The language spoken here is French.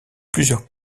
plusieurs